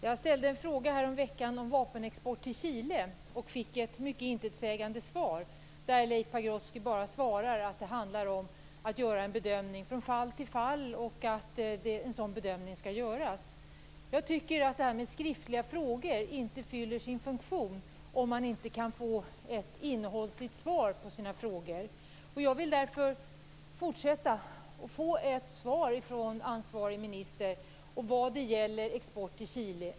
Herr talman! Jag har en fråga till Leif Pagrotsky. Jag ställde en fråga häromveckan om vapenexport till Chile. Jag fick ett mycket intetsägande svar där Leif Pagrotsky bara svarar att det handlar om att göra en bedömning från fall till fall och att en sådan bedömning skall göras. Jag tycker inte att skriftliga frågor fyller sin funktion om man inte kan få ett innehållsligt svar på sina frågor. Jag vill därför få ett svar från ansvarig minister vad gäller export till Chile.